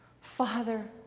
Father